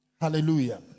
Hallelujah